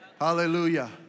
Hallelujah